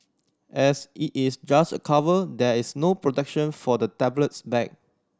as it is just a cover there is no protection for the tablet's back